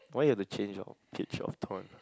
why you had to change your change